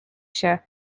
się